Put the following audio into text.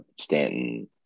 stanton